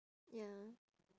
ya